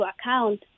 account